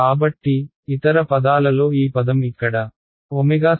కాబట్టి ఇతర పదాలలో ఈ పదం ఇక్కడ 2O k2